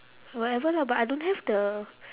whatever lah but I don't have the